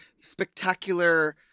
spectacular